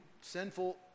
sinful